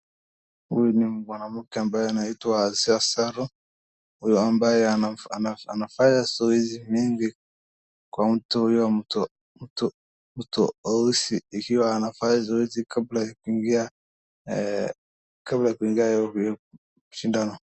Huyu ni mwanamke ambaye anaitwa Zasaro ambaye anafanya zoezi mingi kwa mto mweusi, ikuwa anafanya zoezi kabla ya kuingia shindano.